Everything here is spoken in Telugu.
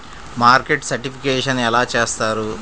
మార్కెట్ సర్టిఫికేషన్ ఎలా చేస్తారు?